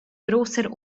großer